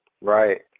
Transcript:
right